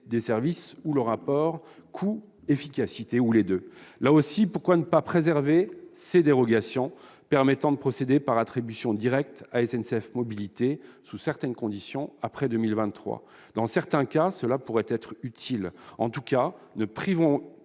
des services, le rapport coût-efficacité ou les deux. Là aussi, pourquoi ne pas préserver ces dérogations, qui permettent de procéder par attribution directe à SNCF Mobilités sous certaines conditions, après 2023 ? Dans certains cas, cette solution pourrait être utile. Quoi qu'il en soit, ne privons